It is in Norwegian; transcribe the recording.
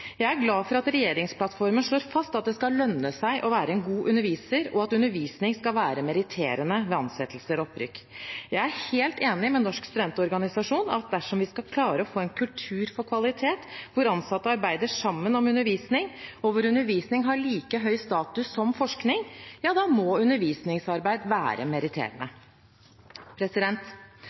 Jeg er glad for at regjeringsplattformen slår fast at det skal lønne seg å være en god underviser, og at undervisning skal være meritterende ved ansettelser og opprykk. Jeg er helt enig med Norsk studentorganisasjon i at dersom vi skal klare å få en kultur for kvalitet hvor ansatte arbeider sammen om undervisning, og hvor undervisning har like høy status som forskning, da må undervisningsarbeid være